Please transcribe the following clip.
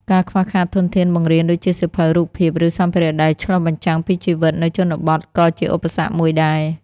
ការខ្វះខាតធនធានបង្រៀនដូចជាសៀវភៅរូបភាព ឬសម្ភារៈដែលឆ្លុះបញ្ចាំងពីជីវិតនៅជនបទក៏ជាឧបសគ្គមួយដែរ។